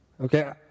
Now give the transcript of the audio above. okay